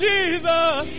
Jesus